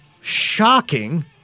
shocking